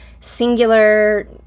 singular